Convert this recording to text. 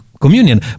communion